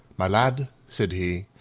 my lad, said he,